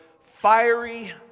fiery